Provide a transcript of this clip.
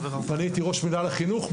ואני הייתי ראש מנהל החינוך,